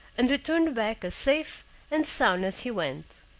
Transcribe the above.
and returned back as safe and sound as he went.